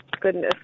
goodness